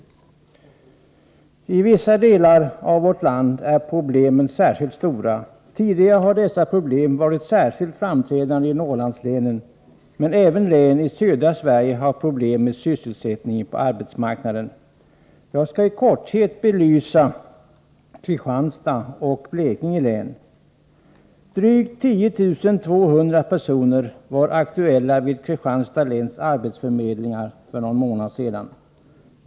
I vissa delar av vårt land är problemen särskilt stora. Tidigare har dessa problem varit särskilt framträdande i Norrlandslänen, men även län i södra Sverige har fått problem med sysselsättningen på arbetsmarknaden. Jag skall i korthet belysa problemen i Kristianstads och Blekinge län. Drygt 10 200 personer var aktuella vid Kristianstads läns arbetsförmedlingar för någon månad sedan.